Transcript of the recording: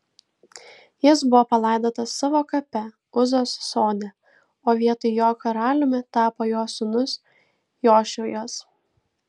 jis buvo palaidotas savo kape uzos sode o vietoj jo karaliumi tapo jo sūnus jošijas